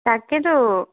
তাকেটো